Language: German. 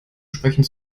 sprechen